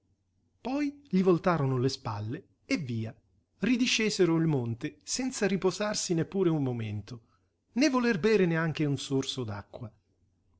poi gli voltarono le spalle e via ridiscesero il monte senza riposarsi neppure un momento né voler bere neanche un sorso